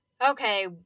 okay